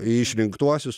į išrinktuosius